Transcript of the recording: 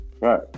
Right